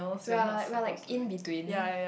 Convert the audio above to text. we are we are like in between